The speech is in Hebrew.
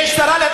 יש צרה.